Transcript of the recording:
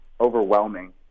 overwhelming